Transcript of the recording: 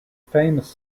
famous